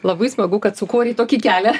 labai smagu kad sukorei tokį kelią